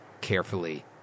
carefully